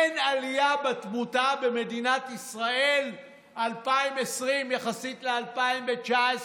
אין עלייה בתמותה במדינת ישראל 2020 יחסית ל-2019.